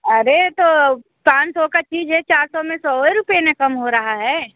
अरे तो पाँच सौ की चीज़ है चार सौ में सौ ही रुपये में कम हो रहा है